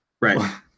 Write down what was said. Right